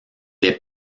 est